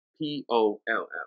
P-O-L-L